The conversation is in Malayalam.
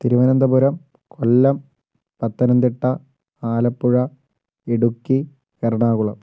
തിരുവനന്തപുരം കൊല്ലം പത്തനംതിട്ട ആലപ്പുഴ ഇടുക്കി എറണാകുളം